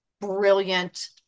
brilliant